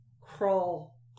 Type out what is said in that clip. crawl